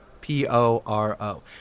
P-O-R-O